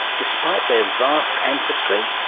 despite their vast ancestry?